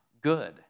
good